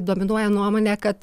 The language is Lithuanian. dominuoja nuomonė kad